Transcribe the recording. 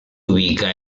ubica